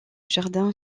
jardin